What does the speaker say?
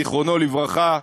זיכרונו לברכה.